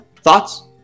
thoughts